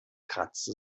kratzte